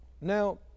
Now